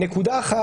אחת,